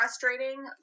frustrating